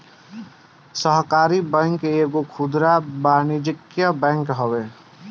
सहकारी बैंक एगो खुदरा वाणिज्यिक बैंक हवे